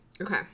Okay